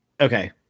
Okay